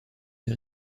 des